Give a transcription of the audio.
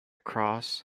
cross